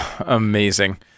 Amazing